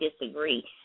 disagree